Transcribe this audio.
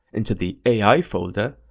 into the ai folder,